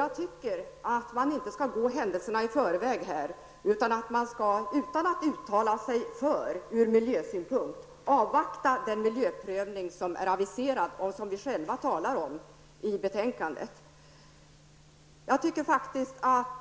Jag tycker det är fel av honom att gå händelserna i förväg och uttala sig för en Rödkobbsled utan att avvakta den miljöprövning som är aviserad och som vi själva talar om i betänkandet. Jag tycker faktiskt att